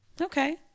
Okay